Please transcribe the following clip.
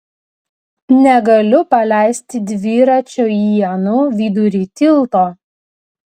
negaliu paleisti dviračio ienų vidury tilto